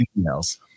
emails